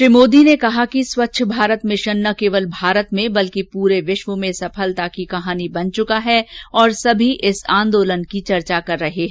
श्री मोदी ने कहा कि स्वच्छ भारत मिशन न केवल भारत में बल्कि पूरे विश्व में सफलता की कहानी बन चुका है और सभी इस आंदोलन की चर्चा कर रहे हैं